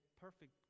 perfect